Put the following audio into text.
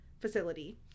facility